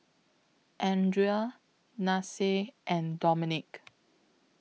Andria Nasir and Dominick